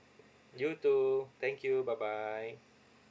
you too thank you bye bye